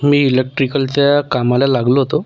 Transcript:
मी इलेक्ट्रिकलच्या कामाला लागलो होतो